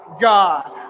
God